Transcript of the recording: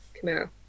Camera